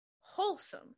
wholesome